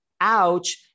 ouch